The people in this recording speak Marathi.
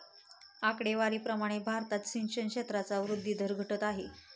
आकडेवारी प्रमाणे भारतात सिंचन क्षेत्राचा वृद्धी दर घटत आहे